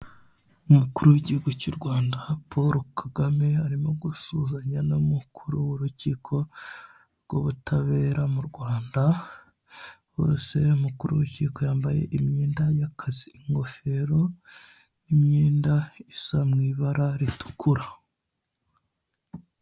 Umukuru w'igihugu cy'u Rwanda Paul Kagame, arimo gusuhuzanya n'umukuru w'urukiko rw'ubutabera mu Rwanda. Umukuru w'urukiko yambaye imyenda y'akazi, ingofero n'imyenda isa mw'ibara ritukura.